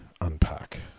unpack